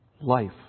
Life